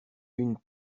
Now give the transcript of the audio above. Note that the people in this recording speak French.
une